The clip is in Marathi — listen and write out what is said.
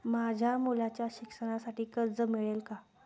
माझ्या मुलाच्या शिक्षणासाठी कर्ज मिळेल काय?